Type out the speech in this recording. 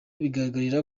bigaragarira